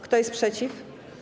Kto jest przeciw?